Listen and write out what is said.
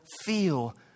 feel